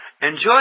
Enjoy